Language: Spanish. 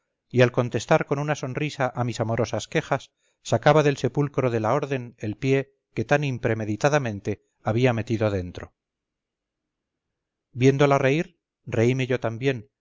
y al contestar con una sonrisa a mis amorosas quejas sacaba del sepulcro de la orden el pie que tan impremeditadamente había metido dentro viéndola reír reíme yo también